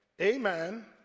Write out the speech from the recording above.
Amen